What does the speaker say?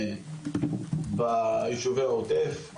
ביישובי העוטף.